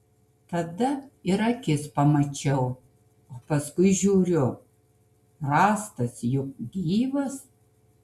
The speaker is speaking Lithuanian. tada ir akis pamačiau o paskui žiūriu rąstas juk gyvas